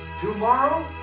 tomorrow